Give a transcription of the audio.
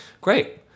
great